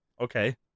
Okay